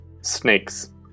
Snakes